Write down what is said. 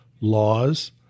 laws